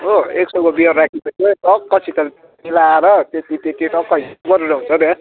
हो एक सयको बियर राखेपछि टक्कसितले मिलाएर त्यति त्यति टक्कै